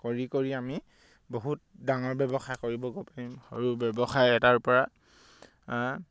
কৰি কৰি আমি বহুত ডাঙৰ ব্যৱসায় কৰিবগৈ পাৰিম আৰু ব্যৱসায় এটাৰপৰা